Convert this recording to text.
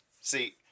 see